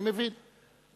אני מבין.